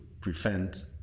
prevent